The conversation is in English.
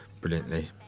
brilliantly